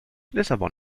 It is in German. lissabon